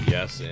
Yes